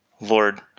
Lord